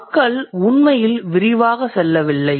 மக்கள் உண்மையில் விரிவாக செல்லவில்லை